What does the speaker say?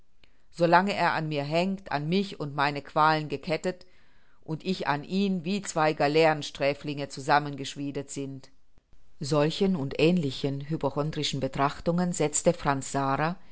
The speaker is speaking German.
lange er an mir hängt an mich und meine qualen gekettet und ich an ihn wie zwei galeerensträflinge zusammen geschmiedet sind solchen und ähnlichen hypochondrischen betrachtungen setzte franz sara